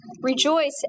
Rejoice